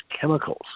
chemicals